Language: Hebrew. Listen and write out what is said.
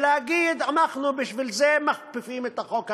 ולהגיד: אנחנו בשביל זה מכפיפים את החוק הבין-לאומי,